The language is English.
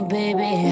baby